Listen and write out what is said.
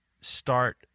start